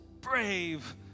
brave